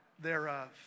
thereof